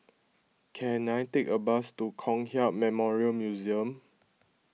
can I take a bus to Kong Hiap Memorial Museum